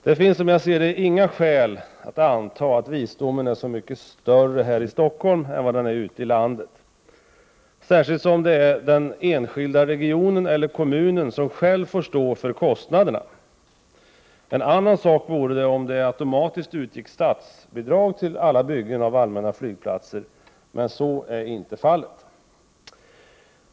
Det finns, som jag ser det, inga skäl att anta att visdomen är så mycket större här i Stockholm än vad den är ute i landet, särskilt som det är den enskilda regionen eller kommunen som själv får stå för kostnaderna. En annan sak vore det om det automatiskt utgick statsbidrag till alla byggen av allmänna flygplatser, men så är inte fallet.